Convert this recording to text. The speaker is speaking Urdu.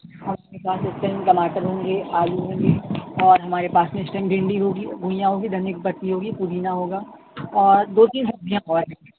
اپنے پاس اِس ٹائم ٹماٹر ہوں گے آلو ہوں گے اور ہمارے پاس میں اِس ٹائم بھنڈی ہوگی گھنیاں ہوگی دھنیےکی پتی ہوگی پودینہ ہوگا اور دو تین سبزیاں اور ہیں